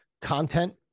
content